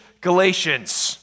Galatians